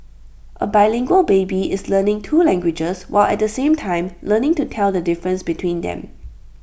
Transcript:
A bilingual baby is learning two languages while at the same time learning to tell the difference between them